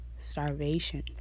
starvation